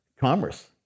commerce